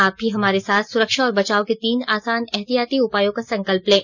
आप भी हमारे साथ सुरक्षा और बचाव के तीन आसान एहतियाती उपायों का संकल्प लें